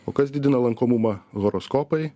o kas didina lankomumą horoskopai